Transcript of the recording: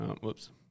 Whoops